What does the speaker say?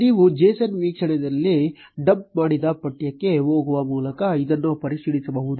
ನೀವು json ವೀಕ್ಷಕದಲ್ಲಿ dump ಮಾಡಿದ ಪಠ್ಯಕ್ಕೆ ಹೋಗುವ ಮೂಲಕ ಇದನ್ನು ಪರಿಶೀಲಿಸಬಹುದು